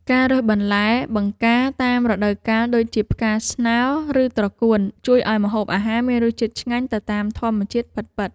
ការរើសបន្លែបង្ការតាមរដូវកាលដូចជាផ្កាស្នោឬត្រកួនជួយឱ្យម្ហូបអាហារមានរសជាតិឆ្ងាញ់ទៅតាមធម្មជាតិពិតៗ។